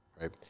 right